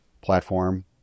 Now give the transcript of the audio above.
platform